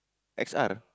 X_R